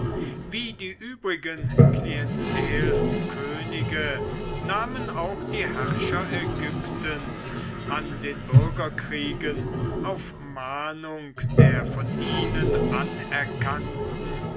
wie die übrigen klientelkönige nahmen auch die herrscher ägyptens an den bürgerkriegen auf mahnung der von ihnen anerkannten